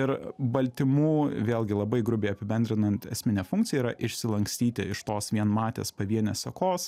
ir baltymų vėlgi labai grubiai apibendrinant esminę funkcija yra išsilankstyti iš tos vienmatės pavienės sekos